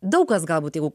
daug kas galbūt jau